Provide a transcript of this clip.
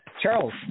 charles